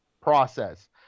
process